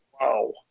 Wow